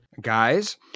Guys